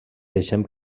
deixem